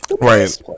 Right